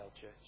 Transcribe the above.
church